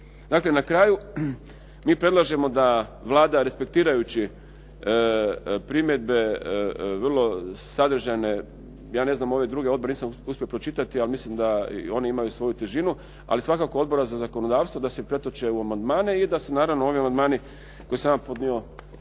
Dakle, na kraju mi predlažemo da Vlada respektirajući primjedbe vrlo sadržajne, ja ne znam ove druge odbor, nisam uspio pročitati, ali mislim da i oni imaju svoju težinu, ali svakako Odbora za zakonodavstvo da se pretoče u amandmane i da se naravno ovi amandmani koje sam ja podnio